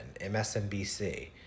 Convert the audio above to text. MSNBC